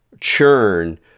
churn